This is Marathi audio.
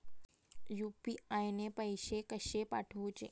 यू.पी.आय ने पैशे कशे पाठवूचे?